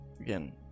Again